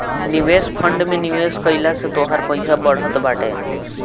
निवेश फंड में निवेश कइला से तोहार पईसा बढ़त बाटे